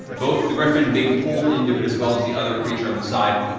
both the griffon being pulled into it as well as the other creature on the side.